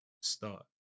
start